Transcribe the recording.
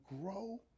grow